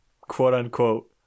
quote-unquote